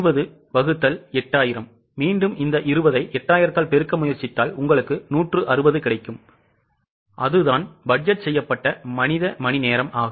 20 வகுத்தல் 8000 மீண்டும் இந்த 20 ஐ 8000 ஆல் பெருக்க முயற்சித்தால் உங்களுக்கு 160 கிடைக்கும் அதுதான் பட்ஜெட் செய்யப்பட்ட மனித மணிநேரம்